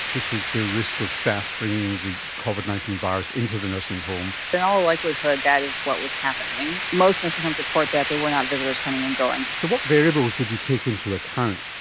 this was the risk of staff bringing the covid nineteen virus into the nursing home. in all likelihood that is what was happening. most nursing homes report that there were not visitors coming and going. so what variables did you take into account?